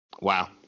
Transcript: Wow